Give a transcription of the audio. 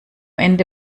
ende